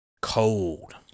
cold